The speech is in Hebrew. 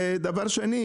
ושנית,